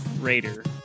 Raider